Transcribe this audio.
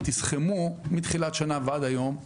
תסכמו מתחילת השנה ועד היום,